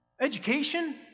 education